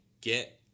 get